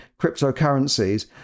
cryptocurrencies